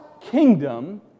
kingdom